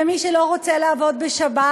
ומי שלא רוצה לעבוד בשבת,